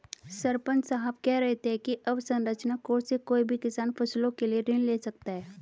सरपंच साहब कह रहे थे कि अवसंरचना कोर्स से कोई भी किसान फसलों के लिए ऋण ले सकता है